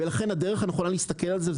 ולכן הדרך הנכונה להסתכל על זה,